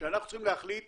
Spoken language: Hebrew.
שאנחנו צריכים להחליט